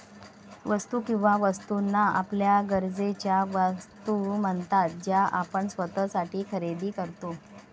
वस्तू किंवा वस्तूंना आपल्या गरजेच्या वस्तू म्हणतात ज्या आपण स्वतःसाठी खरेदी करतो